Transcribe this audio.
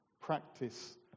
Practice